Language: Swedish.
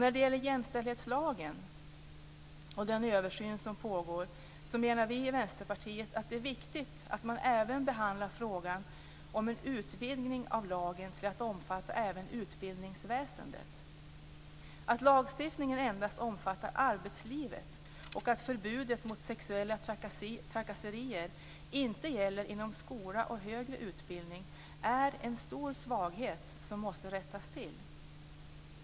När det gäller jämställdhetslagen och den översyn som pågår menar vi i Vänsterpartiet att det är viktigt att även behandla frågan om en utvidgning av lagen till att omfatta även utbildningsväsendet. Att lagstiftningen endast omfattar arbetslivet och att förbudet mot sexuella trakasserier inte gäller inom skola och högre utbildning är en stor svaghet som måste rättas till.